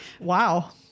Wow